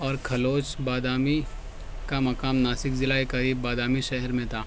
اور کھلوچ بادامی کا مقام ناسک ضلع کے قریب بادامی شہر میں تھا